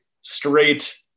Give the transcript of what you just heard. straight